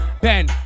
Ben